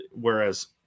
whereas